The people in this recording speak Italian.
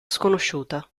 sconosciuta